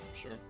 sure